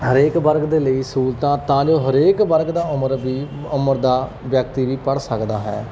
ਹਰੇਕ ਵਰਗ ਦੇ ਲਈ ਸਹੂਲਤਾਂ ਤਾਂ ਜੋ ਹਰੇਕ ਵਰਗ ਦਾ ਉਮਰ ਵੀ ਉਮਰ ਦਾ ਵਿਅਕਤੀ ਵੀ ਪੜ੍ਹ ਸਕਦਾ ਹੈ